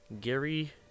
Gary